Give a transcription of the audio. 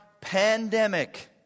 pandemic